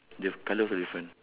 the colours are different